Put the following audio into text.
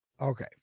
Okay